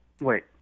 wait